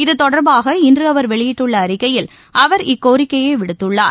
இதுதொடர்பாக இன்று அவர் வெளியிட்டுள்ள அறிக்கையில் அவர் இக்கோரிக்கையை விடுத்துள்ளார்